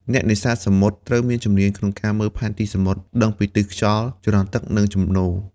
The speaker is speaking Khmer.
អ្នកនេសាទសមុទ្រត្រូវមានជំនាញក្នុងការមើលផែនទីសមុទ្រ ដឹងពីទិសខ្យល់ ចរន្តទឹក និងជំនោរ។